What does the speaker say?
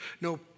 no